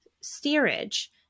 steerage